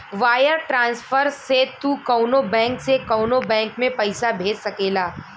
wire transfer से तू कउनो बैंक से कउनो बैंक में पइसा भेज सकेला